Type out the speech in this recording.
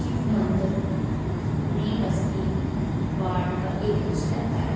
शिव मदंर नेई बस्ती बार्ड नम्बर इक च लैता ऐ